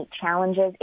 challenges